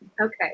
Okay